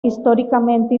históricamente